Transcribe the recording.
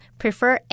prefer